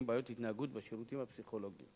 עם בעיות התנהגות בשירותים הפסיכולוגיים.